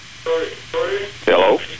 Hello